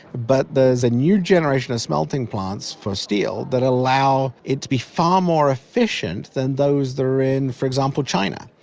but there's a new generation of smelting plants for steel that allow it to be far more efficient than those that are in, for example, china.